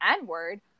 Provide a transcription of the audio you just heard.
N-word